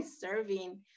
serving